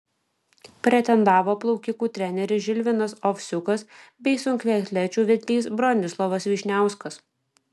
pretendavo plaukikų treneris žilvinas ovsiukas bei sunkiaatlečių vedlys bronislovas vyšniauskas